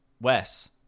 Wes